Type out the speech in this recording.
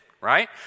Right